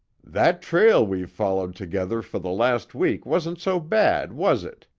that trail we've followed together for the last week wasn't so bad, was it?